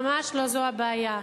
ממש לא זאת הבעיה.